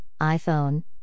iPhone